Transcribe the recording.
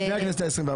לפני הכנסת ה-24.